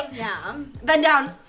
yeah. um bend down!